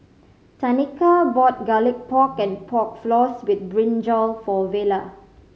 Tanika bought Garlic Pork and Pork Floss with brinjal for Vella